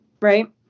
right